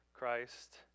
Christ